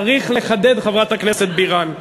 צריך לחדד, חברת הכנסת בירן.